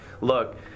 look